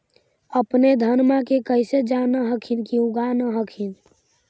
अपने धनमा के कैसे जान हखिन की उगा न हखिन?